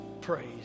praise